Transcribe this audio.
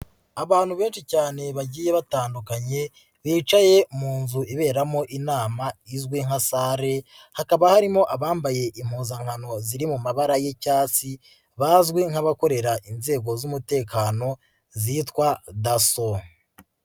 Abantu benshi cyane bagiye batandukanye bicaye mu inzu iberamo inama izwi nka sale, hakaba harimo abambaye impuzankano ziri mu mabara y'icyatsi bazwi nk'abakorera inzego z'umutekano zitwa daso.